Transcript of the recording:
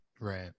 right